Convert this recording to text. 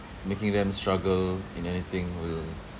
making them struggle in anything will